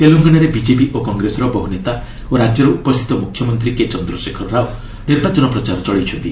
ତେଲଙ୍ଗାନାରେ ବିକେପି ଓ କଂଗ୍ରେସର ବହୁ ନେତା ଓ ରାଜ୍ୟର ଉପସ୍ଥିତ ମୁଖ୍ୟମନ୍ତ୍ରୀ କେ ଚନ୍ଦ୍ରଶେଖର ରାଓ ନିର୍ବାଚନ ପ୍ରଚାର ଚଳାଇଛନ୍ତି